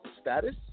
status